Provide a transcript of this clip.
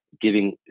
giving